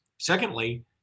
Secondly